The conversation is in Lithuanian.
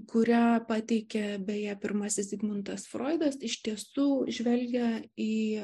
kurią pateikė beje pirmasis zigmundas froidas iš tiesų žvelgia į